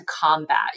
combat